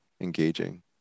engaging